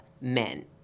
men